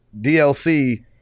DLC